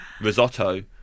risotto